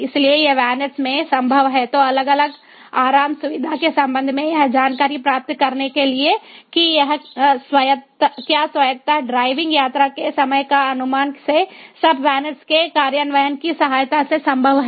इसलिए ये VANET में संभव हैं तो अलग अलग आराम सुविधा के संबंध में यह जानकारी प्राप्त करने के लिए कि क्या स्वायत्त ड्राइविंग यात्रा के समय का अनुमान ये सब VANET के कार्यान्वयन की सहायता से संभव है